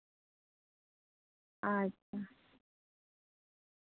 ᱟᱪᱪᱷᱟ